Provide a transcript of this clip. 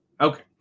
Okay